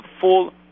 full